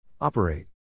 Operate